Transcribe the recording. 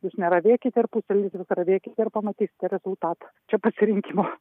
jūs neravėkite ir pusę lysvės ravėkite ir pamatysite rezultatą čia pasirinkimo